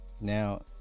Now